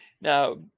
now